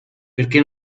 perché